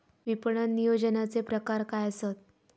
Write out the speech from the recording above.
विपणन नियोजनाचे प्रकार काय आसत?